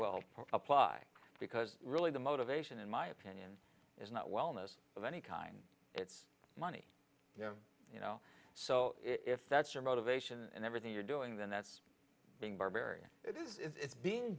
well apply because really the motivation in my opinion is not wellness of any kind it's money you know so if that's your motivation and everything you're doing then that's being barbarian it is it's